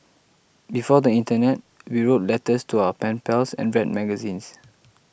before the internet we wrote letters to our pen pals and read magazines